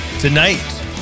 Tonight